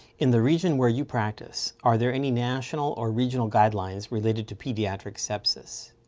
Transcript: in the region where you practice, are there any national or regional guidelines related to pediatric sepsis?